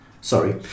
sorry